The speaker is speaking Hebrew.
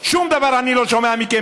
שום דבר אני לא שומע מכם.